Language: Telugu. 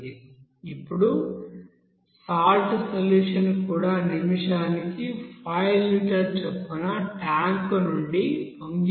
ఇప్పుడు సాల్ట్ సొల్యూషన్ కూడా నిమిషానికి 5 లీటర్ చొప్పున ట్యాంక్ నుండి పొంగిపోతుంది